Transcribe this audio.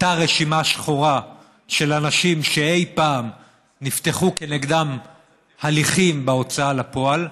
אותה רשימה שחורה של אנשים שאי-פעם נפתחו כנגדם הליכים בהוצאה לפועל,